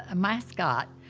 ah mascot.